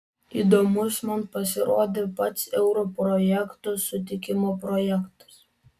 įdomus man pasirodė pats euro projekto sutikimo projektas